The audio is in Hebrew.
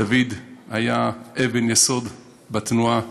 דוד היה אבן יסוד בתנועה,